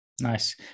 Nice